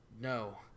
no